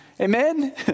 Amen